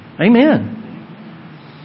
Amen